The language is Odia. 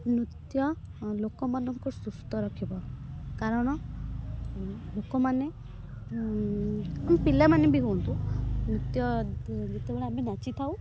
ନୃତ୍ୟ ଲୋକମାନଙ୍କୁ ସୁସ୍ଥ ରଖିବ କାରଣ ଲୋକମାନେ ପିଲାମାନେ ବି ହୁଅନ୍ତୁ ନୃତ୍ୟ ଯେତେବେଳେ ଆମେ ନାଚିଥାଉ